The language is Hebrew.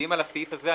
שמצביעים על הסעיף הזה,